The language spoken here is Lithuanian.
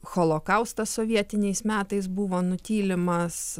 holokaustas sovietiniais metais buvo nutylimas